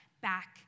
back